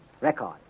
record